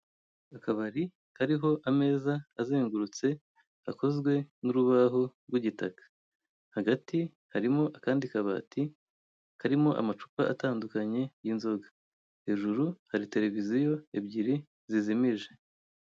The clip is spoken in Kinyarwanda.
Akabari kariho ameza azengurutse gakozwe n'urubaho rw'igitaka, hagati harimo akandi kabati karimo amacupa atandukanye y'inzoga, hajuru har itereviziyo ebyiri zijimije.